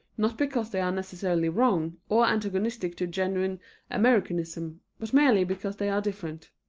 not because they are necessarily wrong, or antagonistic to genuine americanism, but merely because they are different.